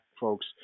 folks